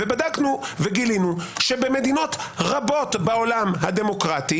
בדקנו וגילינו שבמדינות רבות בעולם הדמוקרטי